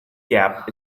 gap